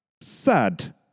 Sad